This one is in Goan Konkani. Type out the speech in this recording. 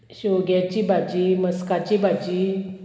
शिवग्याची भाजी मस्काची भाजी